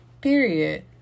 Period